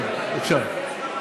כן, בבקשה.